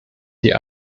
die